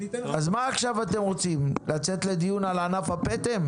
אז מה עכשיו אתם רוצים, לצאת לדיון על ענף הפטם?